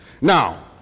now